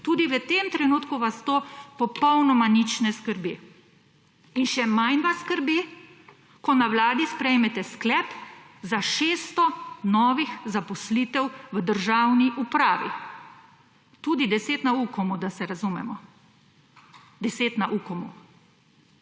Tudi v tem trenutku vas to popolnoma nič ne skrbi. In še manj vas skrbi, ko na Vladi sprejmete sklep za 600 novih zaposlitev v državni upravi. Tudi 10 na Ukomu, da se razumemo. 10 na Ukomu,